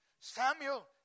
Samuel